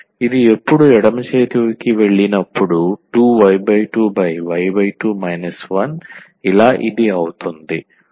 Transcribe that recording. ఇది ఎప్పుడు ఎడమ చేతికి వెళ్ళినపుడు 2v2 v2 1 ఇలా ఇది అవుతుంది